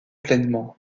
pleinement